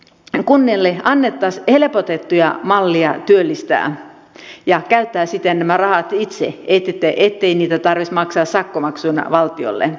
elikkä kunnille annettaisiin helpotettuja malleja työllistää ja käyttää siten nämä rahat itse ettei niitä tarvitsisi maksaa sakkomaksuina valtiolle